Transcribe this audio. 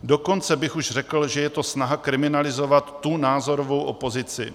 Dokonce bych už řekl, že je to snaha kriminalizovat tu názorovou opozici.